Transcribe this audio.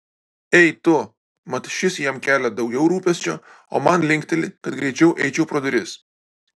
ei tu mat šis jam kelia daugiau rūpesčio o man linkteli kad greičiau eičiau pro duris